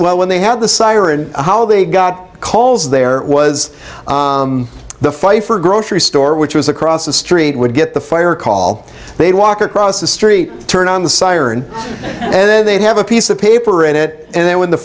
swell when they had the siren how they got calls there was the pfeiffer grocery store which was across the street would get the fire call they'd walk across the street turn on the siren and then they'd have a piece of paper in it and then when the